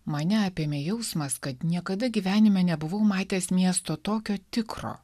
mane apėmė jausmas kad niekada gyvenime nebuvau matęs miesto tokio tikro